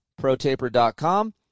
Protaper.com